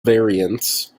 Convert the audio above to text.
variants